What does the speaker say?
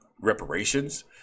reparations